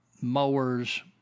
mowers